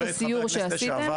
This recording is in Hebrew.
בסיור שעשיתם.